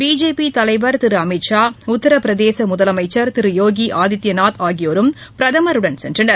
BJP தலைவர் திரு அமித்ஷா உத்திர பிரதேச முதலமைச்சர் யோகி ஆதித்யநாத் ஆகியோரும் பிரதமருடன் சென்றனர்